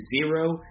zero